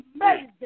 amazing